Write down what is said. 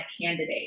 candidate